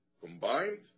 Combined